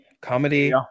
Comedy